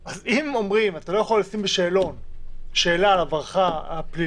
אז אם אומרים שאתה לא יכול לשים בשאלון שאלה על עברך הפלילי